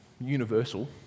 universal